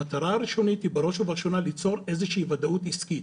המטרה הראשונית היא בראש ובראשונה ליצור איזה שהיא ודאות עסקית.